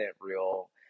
real